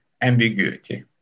ambiguity